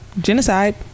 Genocide